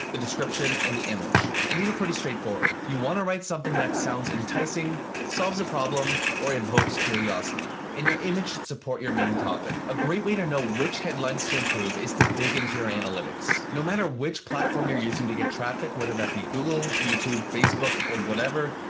the description, and the image. and these are pretty straightforward. you want to write something that sounds enticing, solves a problem or evokes curiosity. and your image should support your main topic. a great way to know which headlines to improve is to dig into your analytics. no matter which platform you're using to get traffic, whether that be google, youtube, facebook or whatever,